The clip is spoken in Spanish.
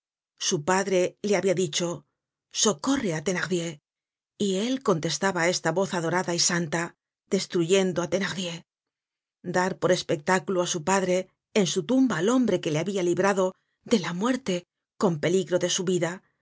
su padre le habia dicho socorre á thenardier y él contestaba á esta voz adorada y santa destruyendo á thenardier dar por espectáculo á su padre en su tumba al hombre que le habia librado de la muerte con peligro de su vida